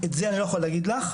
את זה אני לא יכול להגיד לך,